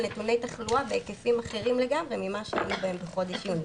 נתוני תחלואה בהיקפים אחרים לגמרי ממה שהיו בחודש יוני.